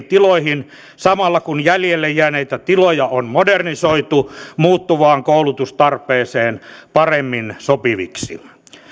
tiloihin samalla kun jäljelle jääneitä tiloja on modernisoitu muuttuvaan koulutustarpeeseen paremmin sopiviksi